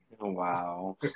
Wow